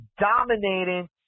dominating